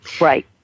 Right